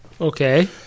Okay